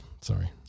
sorry